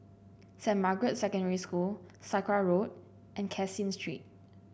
Saint Margaret's Secondary School Sakra Road and Caseen Street